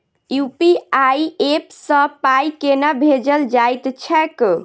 UPI app सँ पाई केना भेजल जाइत छैक?